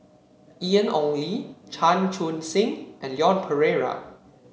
Ian Ong Li Chan Chun Sing and Leon Perera